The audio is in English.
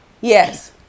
Yes